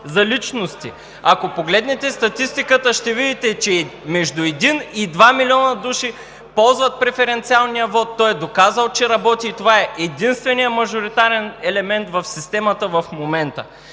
за личности. Ако погледнете статистиката, ще видите, че между един и два милиона души ползват преференциалния вот, той е доказал, че работи, и това е единственият мажоритарен елемент в системата в момента.